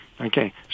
Okay